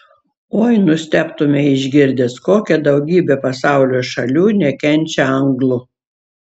oi nustebtumei išgirdęs kokia daugybė pasaulio šalių nekenčia anglų